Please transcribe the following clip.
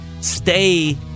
stay